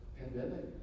pandemic